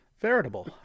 veritable